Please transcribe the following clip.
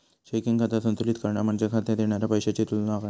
checking खाता संतुलित करणा म्हणजे खात्यात येणारा पैशाची तुलना करणा